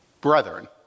Brethren